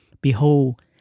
Behold